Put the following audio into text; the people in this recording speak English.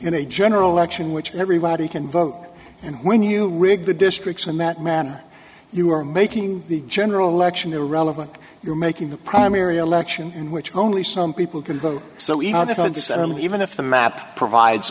in a general election which everybody can vote and when you rig the districts in that manner you are making the general election irrelevant you're making the primary election in which only some people can vote so even if it's at an even if the map provides